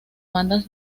bandas